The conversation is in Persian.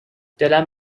دلم